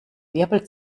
wirbel